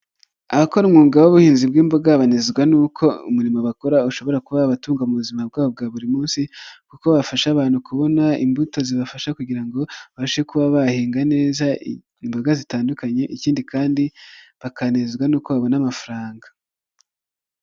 Abakora umwuga w'ubuhinzi bw'imboga banezwa n'uko umurimo bakora ushobora kubabatunga mu buzima bwabo bwa buri munsi kuko bafasha abantu kubona imbuto zibafasha kugira ngo babashe kuba bahinga neza imboga zitandukanye ikindi kandi bakanezezwa n'uko babona amafaranga.